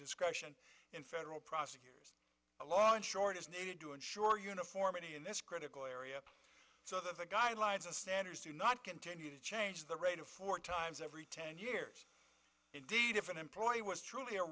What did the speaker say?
discretion in federal prosecutors a law in short is needed to ensure uniformity in this critical area so that the guidelines of standards do not continue to change the rate of four times every ten years indeed if an employee was truly a